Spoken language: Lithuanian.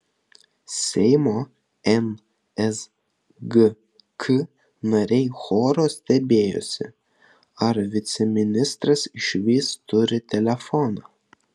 seimo nsgk nariai choru stebėjosi ar viceministras išvis turi telefoną